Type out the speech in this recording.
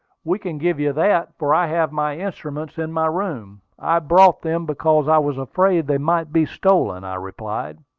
we can give you that, for i have my instruments in my room. i brought them because i was afraid they might be stolen, i replied.